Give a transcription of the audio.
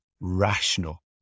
Rational